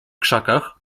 krzakach